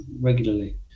regularly